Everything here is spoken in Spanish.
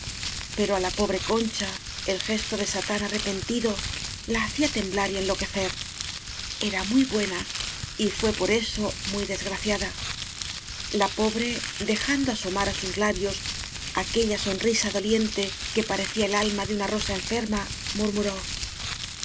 pero á la pobre concha el gesto de satán arrepentido la hacia temblar y enlo quecer era muy buena y fué por eso muy desgraciada la pobre dejando asomar á sus labios aquella sonrisa doliente que pare cía el alma de una rosa enferma